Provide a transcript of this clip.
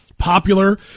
popular